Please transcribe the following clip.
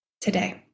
today